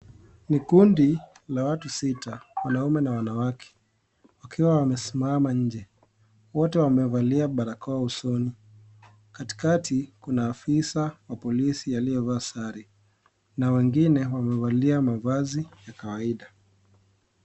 Ni kundi la watu sita wanaume na wanawake wakiwa wamesimama nje, wote wamevalia barakoa usoni, katikati kuna afisa wa polisi aliyevaa sare na wengine wamevaa mavazi ya kawaida.